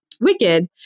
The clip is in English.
Wicked